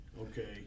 okay